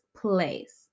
place